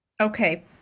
Okay